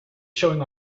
showing